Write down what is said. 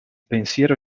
pensiero